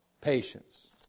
Patience